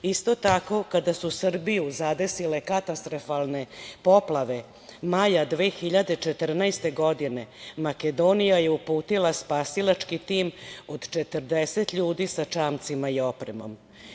Isto tako, kada su Srbiju zadesile katastrofalne poplave, maja 2014. godine, Makedonija je uputila spasilački tim od 40 ljudi sa čamcima i opremom.